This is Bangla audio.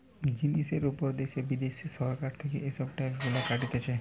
জিনিসের উপর দ্যাশে বিদ্যাশে সরকার থেকে এসব ট্যাক্স গুলা কাটতিছে